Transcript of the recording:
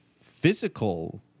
physical